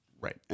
right